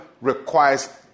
requires